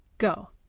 go!